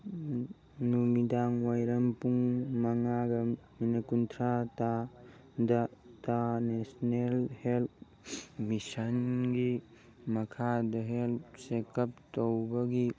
ꯅꯨꯃꯤꯗꯥꯡ ꯋꯥꯏꯔꯝ ꯄꯨꯡ ꯃꯉꯥꯒ ꯃꯤꯅꯤꯠ ꯀꯨꯟꯊ꯭ꯔꯥ ꯇꯥꯕꯗ ꯇ ꯅꯦꯁꯅꯦꯜ ꯍꯦꯜꯊ ꯃꯤꯁꯟꯒꯤ ꯃꯈꯥꯗ ꯍꯦꯜꯊ ꯆꯦꯛ ꯑꯞ ꯇꯧꯕꯒꯤ